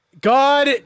God